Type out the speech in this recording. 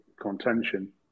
contention